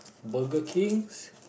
Burger Kings